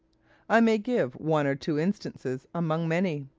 i may give one or two instances among many.